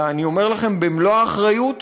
אלא אני אומר לכם במלוא האחריות,